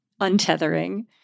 untethering